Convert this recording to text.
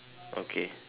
okay